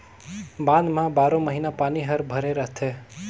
बांध म बारो महिना पानी हर भरे रथे